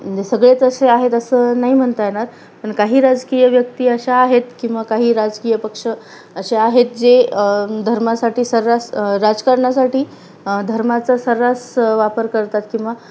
म्हणजे सगळेच असे आहेत असं नाही म्हणता येणार पण काही राजकीय व्यक्ती अशा आहेत किंवा काही राजकीय पक्ष असे आहेत जे धर्मासाठी सर्रास राजकारणासाठी धर्माचा सर्रास वापर करतात किंवा